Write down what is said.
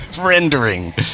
rendering